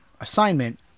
assignment